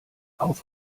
auf